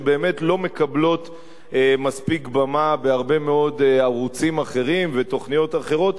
שבאמת לא מקבלות מספיק במה בהרבה מאוד ערוצים אחרים ותוכניות אחרות.